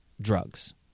drugs